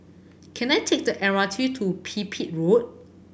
can I take the M R T to Pipit Road